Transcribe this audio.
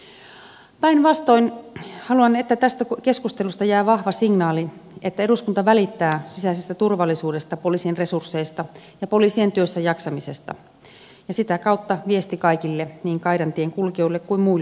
päinvastoin haluan että tästä keskustelusta jää vahva signaali että eduskunta välittää sisäisestä turvallisuudesta poliisien resursseista ja poliisien työssäjaksamisesta ja sitä kautta viesti kaikille niin kaidan tien kulkijoille kuin muillekin